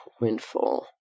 Windfall